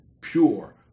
pure